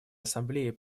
ассамблеи